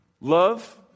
Love